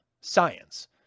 science